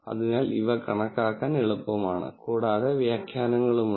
അതിനാൽ ഇവ കണക്കാക്കാൻ എളുപ്പമാണ് കൂടാതെ വ്യാഖ്യാനങ്ങളുണ്ട്